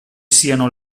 siano